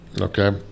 Okay